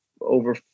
over